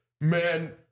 Man